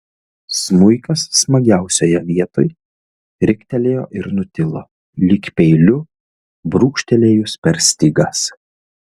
smuikas smagiausioje vietoj riktelėjo ir nutilo lyg peiliu brūkštelėjus per stygas